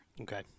Okay